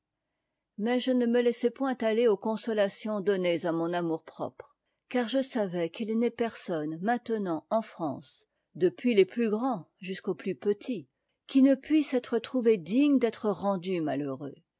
mais je ne me laissai point aller aux consolations données à mon amour-propre car je savais qu'il n'est personne maintenant en france depuis les plus grands jusqu'aux plus petits qui ne puisse être trouvé digne d'être rendu malheureux